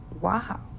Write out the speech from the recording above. wow